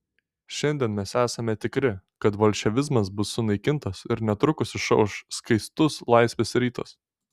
šiandien mes esame tikri kad bolševizmas bus sunaikintas ir netrukus išauš skaistus laisvės rytas